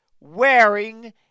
wearing